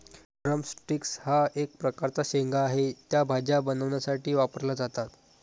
drum sticks हा एक प्रकारचा शेंगा आहे, त्या भाज्या बनवण्यासाठी वापरल्या जातात